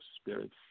spirits